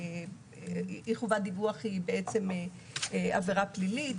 אי-חובת דיווח היא בעצם עבירה פלילית.